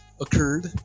occurred